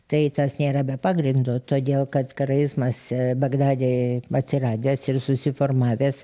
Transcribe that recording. tai tas nėra be pagrindo todėl kad karaizmas bagdade atsiradęs ir susiformavęs